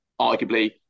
arguably